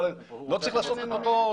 לא צריך לעשות את הדיפרנציאציה.